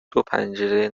دوپنجره